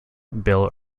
bill